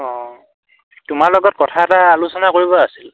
অঁ তোমাৰ লগত কথা এটা আলোচনা কৰিব আছিল